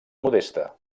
modesta